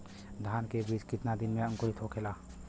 धान के बिज कितना दिन में अंकुरित होखेला?